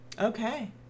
Okay